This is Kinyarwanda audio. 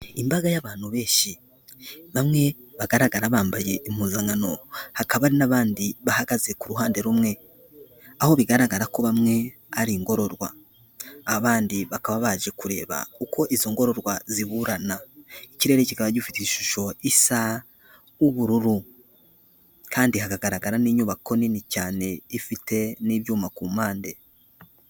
Imbaga y'abantu benshi bamwe bagaragara bambaye impuzangano hakaba n'abandi bahagaze ku ruhande rumwe, aho bigaragara ko bamwe ari ingororwa abandi bakaba bazi kureba uko izo ngororwa ziburana, ikirere kikaba gifite ishusho isa ubururu, kandi hagaragara n'inyubako nini cyane ifite n'ibyuma ku mpande.